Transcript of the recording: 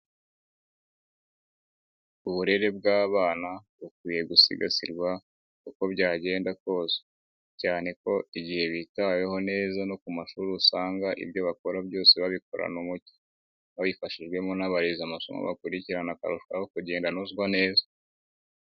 Uburere bw'abana bukwiye gusigasirwa uko byagenda kose, cyane ko igihe bitaweho neza no ku mashuri usanga ibyo bakora byose babikorana umucyo, babifashijwemo n'abarezi amasomo bakurikirana akarushaho kugenda anozwa neza.